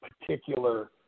particular